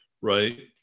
right